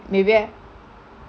maybe I